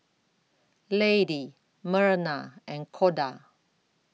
Lady Myrna and Koda